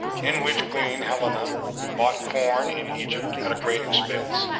in which queen helena bought corn in egypt at a great expense,